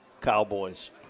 Cowboys